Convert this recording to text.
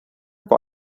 war